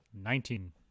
Nineteen